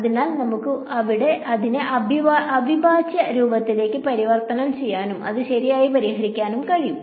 അതിനാൽ നമുക്ക് അതിനെ അവിഭാജ്യ രൂപത്തിലേക്ക് പരിവർത്തനം ചെയ്യാനും അത് ശരിയായി പരിഹരിക്കാനും കഴിയും